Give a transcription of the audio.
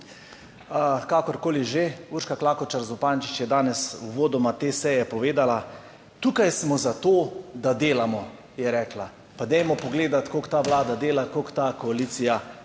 Kakorkoli že, Urška Klakočar Zupančič je danes uvodoma te seje povedala: Tukaj smo za to, da delamo, je rekla. Pa dajmo pogledati, kako ta Vlada dela, kako ta koalicija dela.